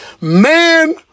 Man